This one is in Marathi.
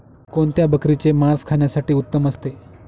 कोणत्या बकरीचे मास खाण्यासाठी उत्तम असते?